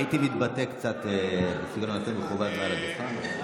הייתי מתבטא קצת בסגנון יותר מכובד מעל הדוכן.